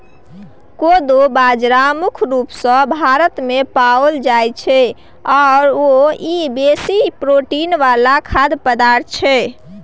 कोदो बाजरा मुख्य रूप सँ भारतमे पाओल जाइत छै आओर ई बेसी प्रोटीन वला खाद्य पदार्थ छै